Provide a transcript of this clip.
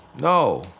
No